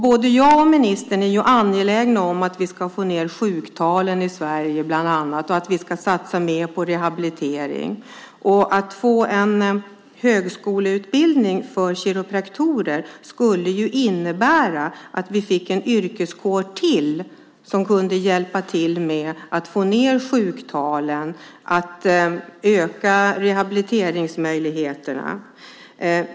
Både jag och ministern är angelägna om att vi bland annat ska få ned sjuktalen i Sverige och att vi ska satsa mer på rehabilitering, och en högskoleutbildning för kiropraktorer skulle innebära att vi fick en yrkeskår till som kunde hjälpa till att få ned sjuktalen och öka rehabiliteringsmöjligheterna.